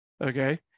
okay